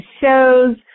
shows